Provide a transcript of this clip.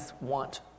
want